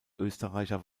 österreicher